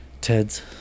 Ted's